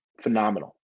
Phenomenal